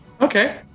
Okay